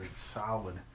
solid